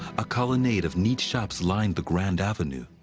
a colonnade of neat shops lined the grand avenue.